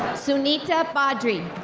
sunita badree.